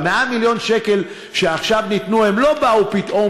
100 מיליון השקל שעכשיו ניתנו לא באו פתאום,